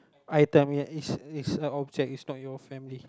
item yes it it's a object it's not your family